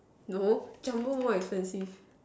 no Jumbo more expensive